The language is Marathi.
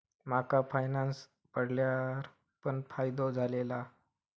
माका फायनांस पडल्यार पण फायदो झालेलो